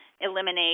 eliminate